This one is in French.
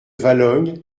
valognes